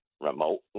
remote